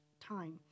time